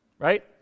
Right